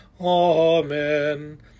Amen